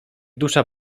dusza